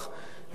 בסך הכול,